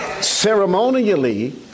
ceremonially